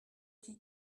qui